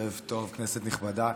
כנסת נכבדה,